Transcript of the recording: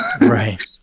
Right